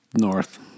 north